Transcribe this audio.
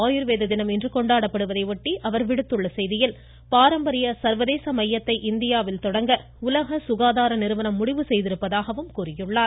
ஆயுர்வேத தினம் இன்று கொண்டாடப்படுவதையொட்டி அவர் விடுத்துள்ள செய்தியில் பாரம்பரிய சர்வதேச மையத்தை இந்தியாவில் தொடங்க உலக சுகாதார நிறுவனம் முடிவு செய்திருப்பதாக கூறியுள்ளார்